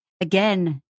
again